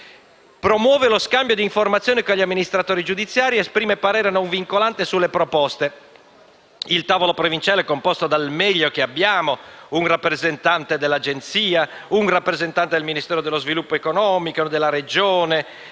Il tavolo provinciale è composto dal meglio che abbiamo: un rappresentante dell'Agenzia, un rappresentante del Ministero dello sviluppo economico, un